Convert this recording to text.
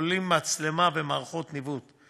הכוללות מצלמה ומערכת ניווט.